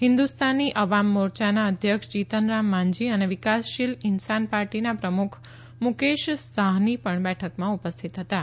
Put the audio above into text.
હિન્દુસ્તાની અવામ મોરચાના અધ્યક્ષ જીતનરામ માંઝી અને વિકાસશીલ ઇન્સાન પાર્ગીના પ્રમુખ મુકેશ સહની પણ બેઠકમાં ઉપસ્થિત હતાં